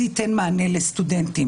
זה ייתן מענה לסטודנטים,